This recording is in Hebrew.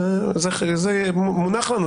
זה מונח לנו.